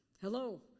Hello